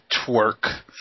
twerk